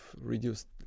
reduced